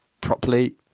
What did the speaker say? properly